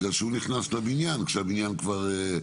בגלל שהוא נכנס לבניין כשהבניין כבר חי,